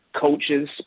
coaches